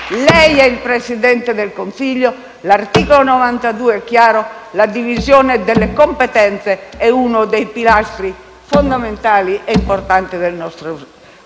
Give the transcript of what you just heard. Lei è il Presidente del Consiglio, l'articolo 92 della Costituzione è chiaro: la divisione delle competenze è uno dei pilastri fondamentali e portanti del nostro